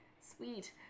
sweet